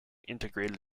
integrated